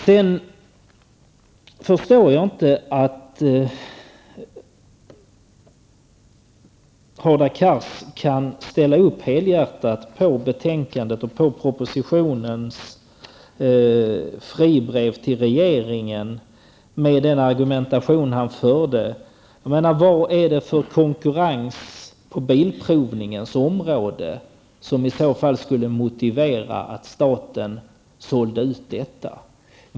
Jag förstår inte hur Hadar Cars kan ställa sig helhjärtat bakom betänkandet och propositionens fribrev till regeringen. Vad är det för konkurrens på bilprovningens område som i så fall skulle motivera att staten sålde ut denna verksamhet?